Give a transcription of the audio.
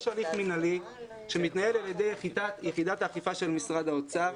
יש הליך מינהלי שמתנהל על ידי יחידת האכיפה של משרד האוצר.